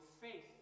faith